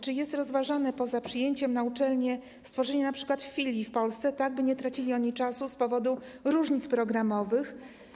Czy jest rozważane poza przyjęciem na uczelnię, stworzenie np. filii w Polsce, tak by nie tracili oni czasu z powodu różnić programowych?